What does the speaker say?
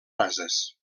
rases